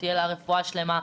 שתהיה לה רפואה שלמה,